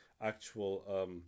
actual